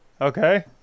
Okay